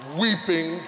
weeping